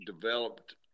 developed